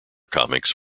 comics